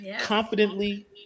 confidently